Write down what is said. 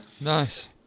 Nice